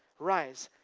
rise,